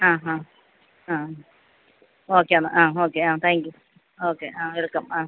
ആ ആ ആണ് ഓക്കെ എന്നാൽ ആ ഓക്കെ ആ താങ്ക് യൂ ഓക്കെ ആ വെൽക്കം ആ